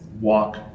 walk